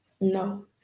No